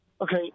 Okay